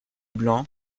blanc